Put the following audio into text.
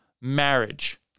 marriage